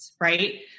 right